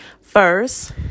First